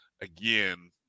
again